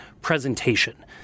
presentation